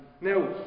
Now